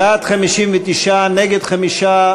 בעד, 59, נגד, 5,